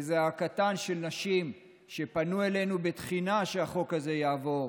וזעקתן של נשים שפנו אלינו בתחינה שהחוק הזה יעבור